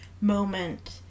moment